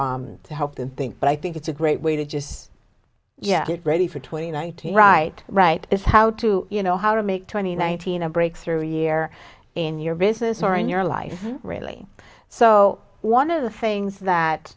to to help them think but i think it's a great way to just yeah ready for twenty nine t right right is how to you know how to make twenty nineteen a breakthrough year in your business or in your life really so one of the things that